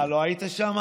אה, לא היית שם?